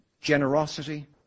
generosity